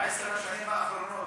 בעשר השנים האחרונות,